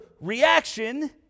reaction